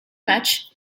matchs